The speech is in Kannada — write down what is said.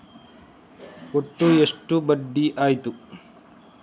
ಒಟ್ಟು ಎಷ್ಟು ಬಡ್ಡಿ ಆಯಿತು?